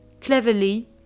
Cleverly